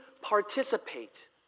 participate